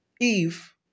Eve